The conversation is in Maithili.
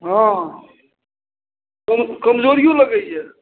हँ कम कमजोरिओ लागैए